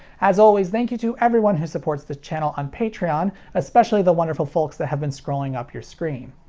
as always, thank you to everyone who supports this channel on patreon, especially the wonderful folks that have been scrolling up your screen.